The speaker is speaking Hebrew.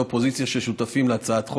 בין אופוזיציה לקואליציה,